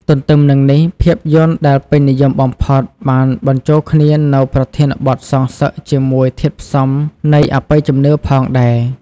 ទន្ទឹមនឹងនេះភាពយន្តដែលពេញនិយមបំផុតបានបញ្ចូលគ្នានូវប្រធានបទសងសឹកជាមួយធាតុផ្សំនៃ អបិយជំនឿផងដែរ។